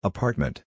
Apartment